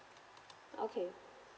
okay